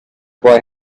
boy